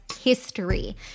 history